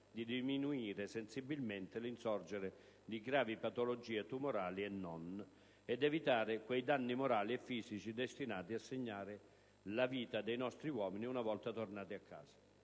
di diminuire sensibilmente l'insorgere di gravi patologie tumorali e non, ed evitare quei danni morali e fisici destinati a segnare la vita dei nostri uomini una volta tornati a casa.